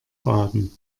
baden